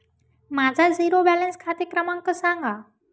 माझा zero balance खाते क्रमांक सांगा